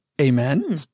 Amen